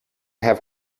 have